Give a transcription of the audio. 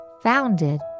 founded